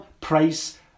price